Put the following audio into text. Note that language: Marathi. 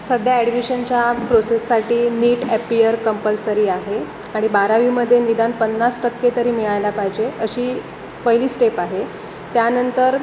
सध्या ॲडमिशनच्या प्रोसेससाठी नीट ॲपियर कंपलसरी आहे आणि बारावीमध्ये निदान पन्नास टक्के तरी मिळायला पाहिजे अशी पहिली स्टेप आहे त्यानंतर